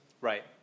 Right